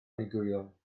meudwyol